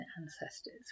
Ancestors